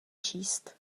číst